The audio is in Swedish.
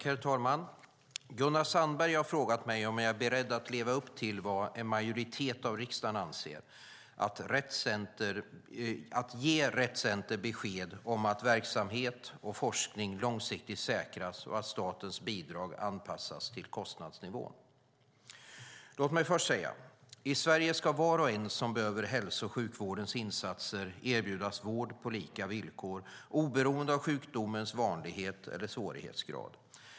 Herr talman! Gunnar Sandberg har frågat mig om jag är beredd att leva upp till vad en majoritet av riksdagen anser: att ge Rett Center besked om att verksamhet och forskning långsiktigt säkras och att statens bidrag anpassas till kostnadsnivån. Låt mig först säga: I Sverige ska var och en som behöver hälso och sjukvårdens insatser erbjudas vård på lika villkor, oberoende av sjukdomens vanlighet eller svårighetsgrad.